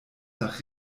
nach